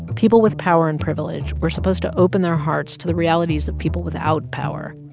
people with power and privilege were supposed to open their hearts to the realities of people without power,